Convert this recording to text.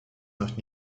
noch